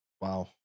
Wow